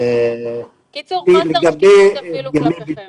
בקיצור, חוסר שקיפות אפילו כלפיהם.